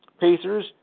Pacers